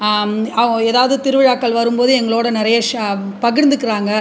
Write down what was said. அவ் ஏதாவது திருவிழாக்கள் வரும் போது எங்களோடய நிறைய ஷே பகிர்ந்துக்கிறாங்க